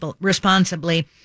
responsibly